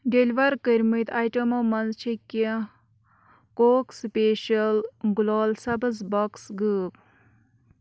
deliver کٔرۍمٕتۍ آیٹَمو منٛز چھِ کینٛہہ کوک سٕپیشَل گُلال سَبٕز بۄکٕس غٲب